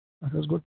اَسہِ اوس گۄڈٕ